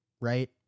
right